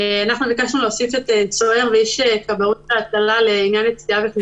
ביקשנו להוסיף צוער ואיש כבאות והצלה לעניין יציאה וכניסה.